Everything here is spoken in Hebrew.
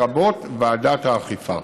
לרבות ועדת האכיפה.